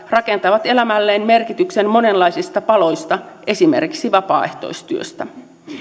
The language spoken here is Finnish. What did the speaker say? rakentavat elämälleen merkityksen monenlaisista paloista esimerkiksi vapaaehtoistyöstä